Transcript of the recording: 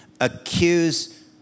accuse